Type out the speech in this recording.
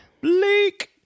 bleak